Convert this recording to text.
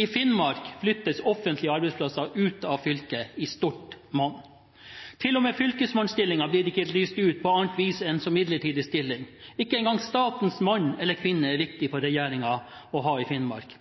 I Finnmark flyttes offentlige arbeidsplasser ut av fylket i stort monn. Selv ikke fylkesmannsstillingen blir lyst ut på annet vis enn som midlertidig stilling, ikke engang statens mann eller kvinne er viktig for regjeringen å ha i Finnmark.